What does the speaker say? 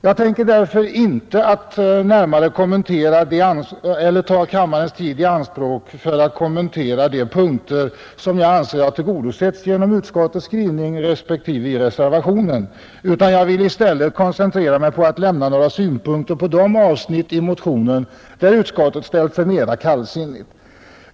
Jag tänker därför inte ta kammarens tid i anspråk för att kommentera de motionskrav som på det sättet har tillgodosetts genom skrivningen i utskottets betänkande respektive i reservationen 18, utan jag skall i stället koncentrera mig på att anföra några synpunkter på de avsnitt i vår motion där utskottet har ställt sig mera kallsinnigt.